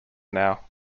now